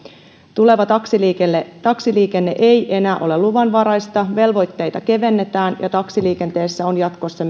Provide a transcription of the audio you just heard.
tuleva taksiliikenne ei enää ole luvanvaraista velvoitteita kevennetään ja taksiliikenteessä on jatkossa